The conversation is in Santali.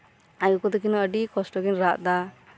ᱟᱡᱜᱚᱜᱚ ᱛᱟᱹᱠᱤᱱ ᱦᱚᱸ ᱟᱹᱰᱤ ᱠᱚᱥᱴᱚᱠᱤᱱ ᱨᱟᱜᱽ ᱮᱫᱟ